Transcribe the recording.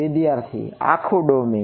વિદ્યાર્થી આખું ડોમેઈન